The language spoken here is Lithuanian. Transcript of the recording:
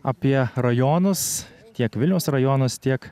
apie rajonus tiek vilniaus rajonus tiek